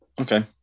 Okay